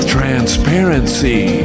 transparency